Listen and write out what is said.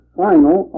final